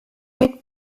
mit